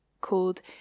called